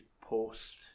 post